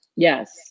Yes